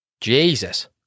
Jesus